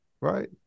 right